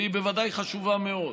והיא בוודאי חשובה מאוד.